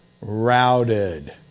routed